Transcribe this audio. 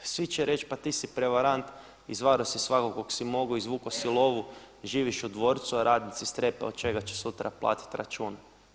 Svi će reći, pa ti si prevarant, izvarao si svakog kog si mogo, izvuko si lovu, živiš u dvorcu, a radnici strepe od čega će sutra platiti račune.